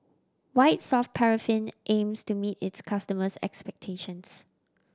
White Soft Paraffin aims to meet its customers' expectations